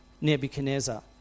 Nebuchadnezzar